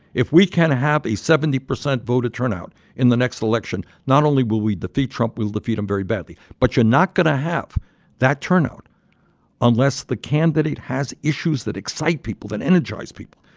if we can have a seventy percent voter turnout in the next election, not only will we defeat trump, we will defeat him very badly but you're not going to have that turnout unless the candidate has issues that excite people, that energize people.